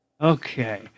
Okay